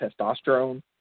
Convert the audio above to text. testosterone